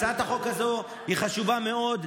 הצעת החוק הזו היא חשובה מאוד,